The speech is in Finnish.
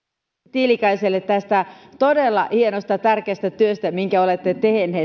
tiilikaiselle tästä todella hienosta tärkeästä työstä minkä olette